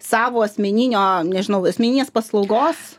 savo asmeninio nežinau asmeninės paslaugos